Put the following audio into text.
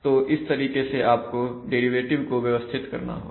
तो इस तरीके से आपको डेरिवेटिव को व्यवस्थित करना होगा